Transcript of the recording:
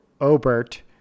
Obert